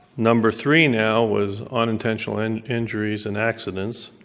number three now was unintentional and injuries and accidents,